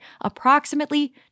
approximately